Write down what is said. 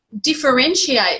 differentiate